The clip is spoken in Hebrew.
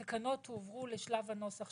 התקנות הועברו לשלב הנוסח.